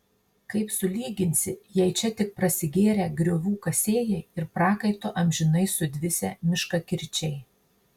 kaip sulyginsi jei čia tik prasigėrę griovių kasėjai ir prakaitu amžinai sudvisę miškakirčiai